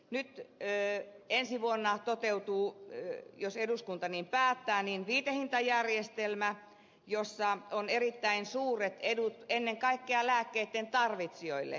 nyt ensi vuonna toteutuu jos eduskunta niin päättää viitehintajärjestelmä jossa on erittäin suuret edut ennen kaikkea lääkkeitten tarvitsijoille